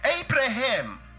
Abraham